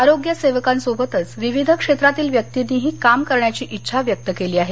आरोग्य सेवकांसोबतच विविध क्षेत्रातील व्यक्तींनीही काम करण्याची इच्छा व्यक्त केली आहे